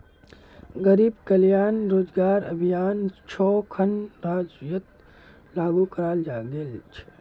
गरीब कल्याण रोजगार अभियान छो खन राज्यत लागू कराल गेल छेक